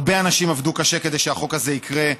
הרבה אנשים עבדו קשה כדי שהחוק הזה יקרה,